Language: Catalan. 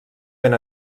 ben